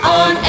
on